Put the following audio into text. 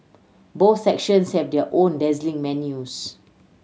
both sections have their own dazzling menus